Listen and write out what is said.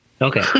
Okay